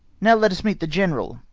now let us meet the general,